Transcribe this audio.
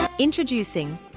Introducing